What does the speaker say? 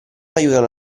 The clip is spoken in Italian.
aiutano